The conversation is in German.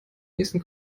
nächsten